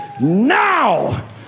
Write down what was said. now